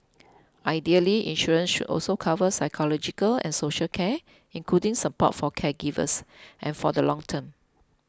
ideally insurance should also cover psychological and social care including support for caregivers and for the long term